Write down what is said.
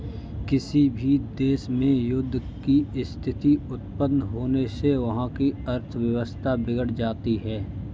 किसी भी देश में युद्ध की स्थिति उत्पन्न होने से वहाँ की अर्थव्यवस्था बिगड़ जाती है